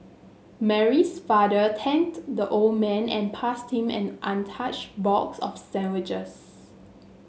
Mary's father thanked the old man and passed him an untouched box of sandwiches